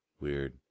Weird